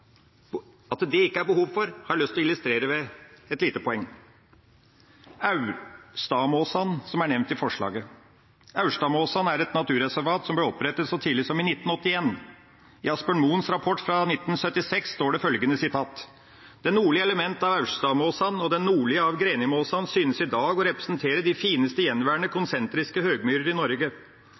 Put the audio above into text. At det ikke er behov for det, har jeg lyst til å illustrere med et lite poeng: Aurstadmåsan, som er nevnt i forslaget, er et naturreservat som ble opprettet så tidlig som i 1981. I Asbjørn Moens rapport fra 1976 står det følgende: «Det nordlige element av Aurstadmosan og det nordlige av Grenimosan synes i dag å representere de fineste gjenværende konsentriske høgmyrer i Norge.